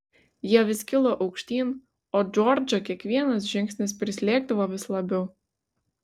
jie vis kilo aukštyn o džordžą kiekvienas žingsnis prislėgdavo vis labiau